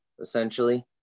essentially